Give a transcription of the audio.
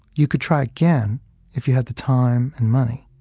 you could try again if you had the time and money,